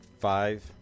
five